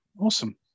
Awesome